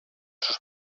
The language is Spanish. sus